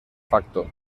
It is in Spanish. facto